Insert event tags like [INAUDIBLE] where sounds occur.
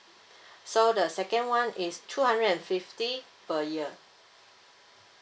[BREATH] so the second one is two hundred and fifty per year